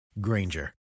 Granger